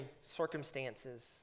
circumstances